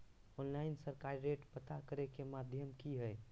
Online सरकारी rate पता करे के माध्यम की हय?